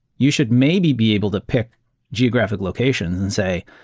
you should maybe be able to pick geographic locations and say,